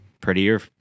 prettier